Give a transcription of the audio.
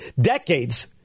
decades